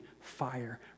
fire